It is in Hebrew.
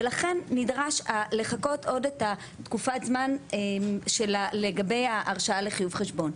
ולכן נדרש לחכות עוד את תקופת הזמן לגבי ההרשאה לחיוב חשבון.